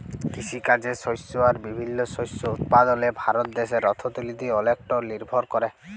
কিসিকাজে শস্য আর বিভিল্ল্য শস্য উৎপাদলে ভারত দ্যাশের অথ্থলিতি অলেকট লিরভর ক্যরে